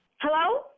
Hello